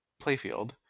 playfield